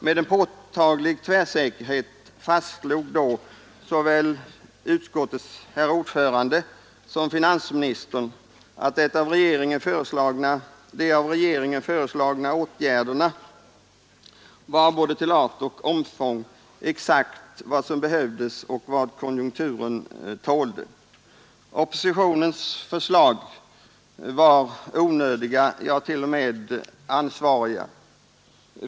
Med en påtaglig tvärsäkerhet fastslog då såväl utskottets herr ordförande som finansministern, att de av regeringen föreslagna åtgärderna var både till art och omfång exakt vad som behövdes och vad konjunkturen tålde. Oppositionens förslag var onödiga, ja, t.o.m. oansvariga.